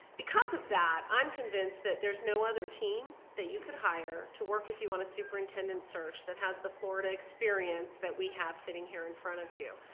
because of that i'm convinced that there's no other team that you could hire to work with you on a superintendent search that has the florida experience that we have sitting here in front of you.